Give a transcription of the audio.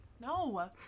no